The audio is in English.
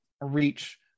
reach